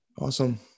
Awesome